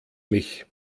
mich